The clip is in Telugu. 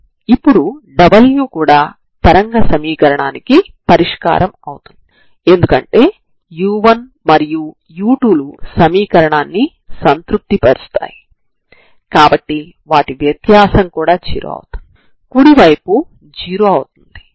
మీరు రేడియల్లీ సిమెంట్రి పరిష్కారాల కోసం మాత్రమే వెతుకుతారు అంటే అవి r మరియు t ల మీద మాత్రమే ఆధారపడి ఉండాలి θ మీద ఆధారపడకూడదు అంటే పరిష్కారాలు ur t అవ్వాలి సరేనా